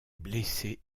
blessé